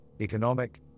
economic